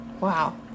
Wow